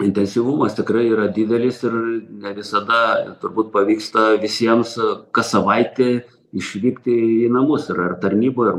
intensyvumas tikrai yra didelis ir ne visada turbūt pavyksta visiems kas savaitei išvykti į namus ir ar tarnyboj ar